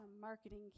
marketing